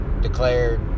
declared